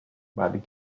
but